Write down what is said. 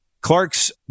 Clark's